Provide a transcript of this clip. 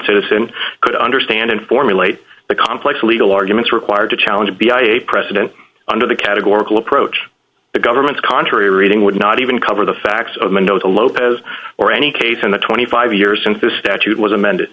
citizen could understand and formulate the complex legal arguments required to challenge the i a precedent under the categorical approach the government's contrary reading would not even cover the facts of mendoza lopez or any case in the twenty five years since the statute was amended